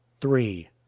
three